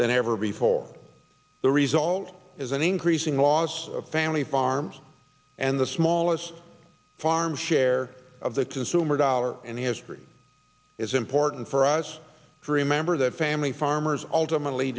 than ever before the result is an increasing loss of family farms and the smallest farm share of the consumer dollar and the history is important for us to remember that family farmers ultimately